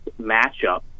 matchup